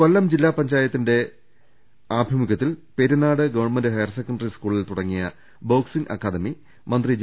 കൊല്ലം ജില്ലാ പഞ്ചായത്തിന്റെ ആഭിമുഖൃത്തിൽ പെരിനാട് ഗവൺമെന്റ് ഹയർ സെക്കന്റി സ്കൂളിൽ തുടങ്ങിയ ബോക്സിങ്ങ് അക്കാദമി മന്ത്രി ജെ